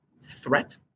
threat